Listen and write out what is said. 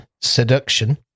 Seduction